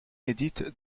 inédite